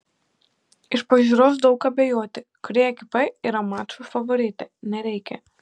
iš pažiūros daug abejoti kuri ekipa yra mačo favoritė nereikia